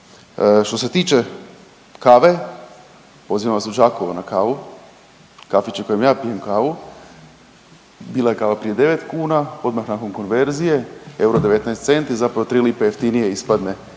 Što se tiče kave, pozivam vas u Đakovo na kavu, kafić u kojem ja pijem kavu, bila je kava prije 9 kuna, odmah nakon konverzije, euro 19 centi, zapravo 3 lipe jeftinije ispadne,